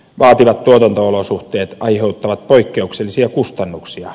vaativat tuotanto olosuhteet aiheuttavat poikkeuksellisia kustannuksia